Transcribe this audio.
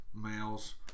males